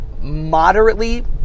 moderately